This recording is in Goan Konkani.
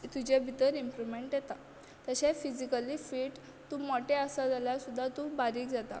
तुजे भितर इंमप्रुमेंट येता तशें फिजीकली फीट तूं मोटें आसा जाल्यार सुद्दां तूं बारीक जाता